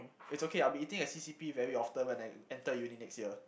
it's okay I'll be eating at C_C_P very often when I enter Uni next year